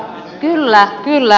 kyllä kyllä